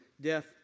death